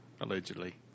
allegedly